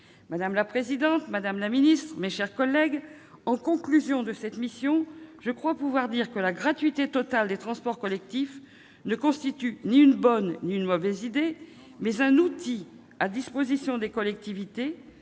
Madame la présidente, madame la secrétaire d'État, mes chers collègues, en conclusion de cette mission, je crois pouvoir dire que la gratuité totale des transports collectifs ne constitue ni une bonne ni une mauvaise idée, mais un outil à disposition des collectivités